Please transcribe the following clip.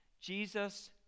Jesus